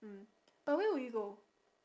mm but where would you go